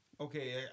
Okay